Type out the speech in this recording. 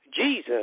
Jesus